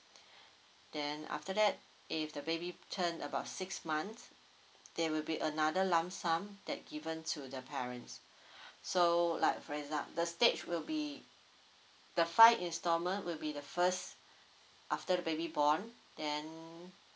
then after that if the baby turn about six months there will be another lump sum that given to the parents so like for examp~ the stage will be the five instalment will be the first after the baby born then